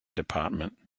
department